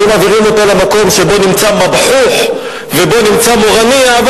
היו מעבירים אותו למקום שבו נמצא מבחוח ובו נמצא מורנייה,